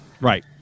Right